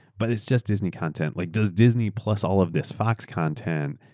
but it's just disney content. like does disney plus all of this fox content,